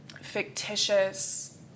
fictitious